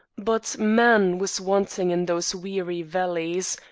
but man was wanting in those weary valleys,